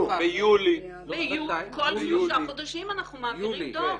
כל שלושה חודשים אנחנו מעבירים דוח.